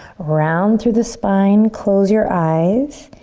round through the spine, close your eyes.